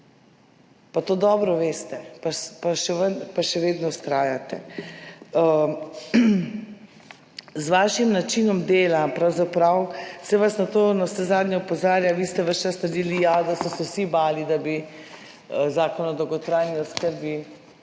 pa še ven..., pa še vedno vztrajate. Z vašim načinom dela, pravzaprav se vas na to navsezadnje opozarja, vi ste ves čas trdili, ja, da so se vsi bali, da bi Zakon o dolgotrajni oskrbi